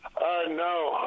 No